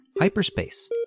hyperspace